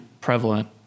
prevalent